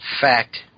Fact